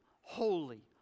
holy